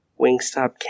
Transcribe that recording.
Wingstop